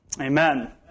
Amen